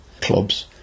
clubs